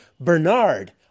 Bernard